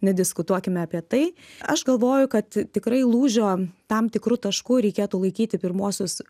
nediskutuokime apie tai aš galvoju kad tikrai lūžio tam tikru tašku reikėtų laikyti pirmuosius